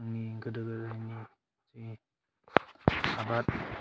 जोंनि गोदो गोदायनि जे आबाद